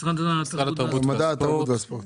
משרד התרבות והספורט.